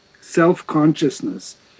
self-consciousness